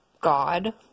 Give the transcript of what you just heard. God